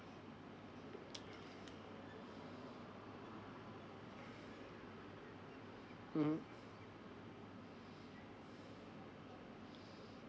mmhmm